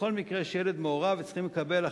בכל מקרה שילד מעורב וצריכים לקבל החלטות,